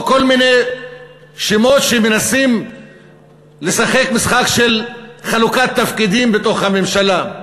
או כל מיני שמות שמנסים לשחק משחק של חלוקת תפקידים בתוך הממשלה.